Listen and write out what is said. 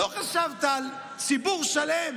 לא חשבת על ציבור שלם